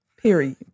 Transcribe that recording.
Period